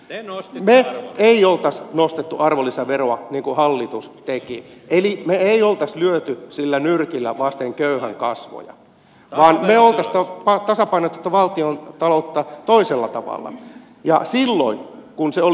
me emme olisi nostaneet arvonlisäveroa niin kuin hallitus teki eli me emme olisi lyöneet sillä nyrkillä vasten köyhän kasvoja vaan me olisimme tasapainottaneet valtiontaloutta toisella tavalla ja silloin kun se oli